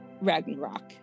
Ragnarok